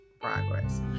progress